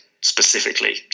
specifically